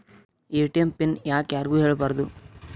ATM PIN ಯಾಕ್ ಯಾರಿಗೂ ಹೇಳಬಾರದು?